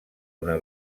una